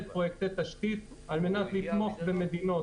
פרויקטים של תשתית כדי לתמוך במדינות.